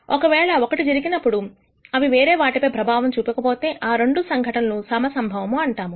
ఒకవేళ ఒకటి జరిగినప్పుడు అవి వేరే వాటిపై ప్రభావం చూపకపోతే ఆ రెండు ఘటనలను సమసంభవము అంటాము